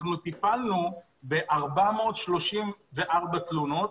אנחנו טיפלנו ב-434 תלונות,